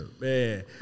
man